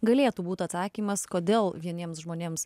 galėtų būt atsakymas kodėl vieniems žmonėms